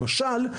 למשל,